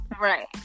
Right